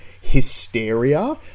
hysteria